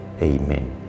Amen